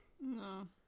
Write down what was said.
No